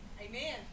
Amen